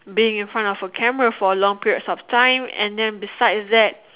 being in front of the camera for a long period of time and then besides that